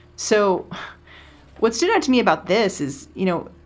so what stood out to me about this is, you know,